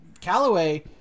Callaway